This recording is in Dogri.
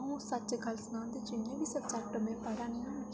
अ'ऊं सच्च गल्ल सनां ते जिन्ने बी सब्जैक्ट मैं पढ़ै नी आं